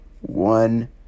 one